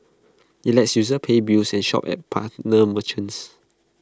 IT lets users pay bills and shop at partner merchants